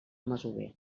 masover